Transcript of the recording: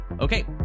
Okay